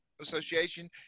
association